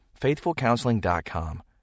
FaithfulCounseling.com